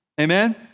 amen